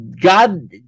God